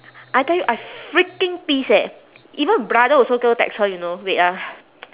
I tell you I freaking pissed eh even brother also go text her you know wait ah